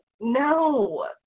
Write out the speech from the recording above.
no